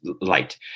light